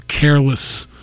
careless